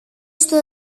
στου